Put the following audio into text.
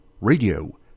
radio